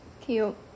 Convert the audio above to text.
Cute